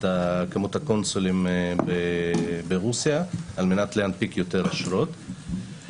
כמות הקונסולים ברוסיה על מנת להנפיק יותר אשרות.